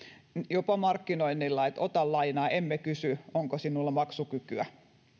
jopa markkinoinnilla ota lainaa emme kysy onko sinulla maksukykyä